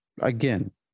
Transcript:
again